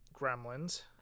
gremlins